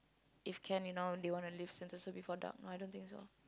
if can you know they wanna leave Sentosa before dark but I don't think so